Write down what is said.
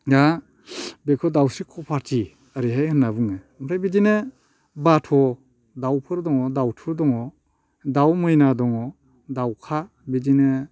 दा बेखौ दाउस्रि खफाथि ओरैहाय होननाय बुङो ओमफ्राय बिदिनो बाथ' दाउफोर दङ दाउथु दङ दाउमैना दङ दाउखा बिदिनो